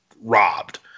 robbed